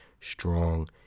strong